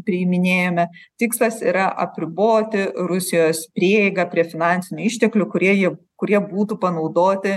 priiminėjome tikslas yra apriboti rusijos prieigą prie finansinių išteklių kurie jie kurie būtų panaudoti